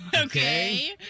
Okay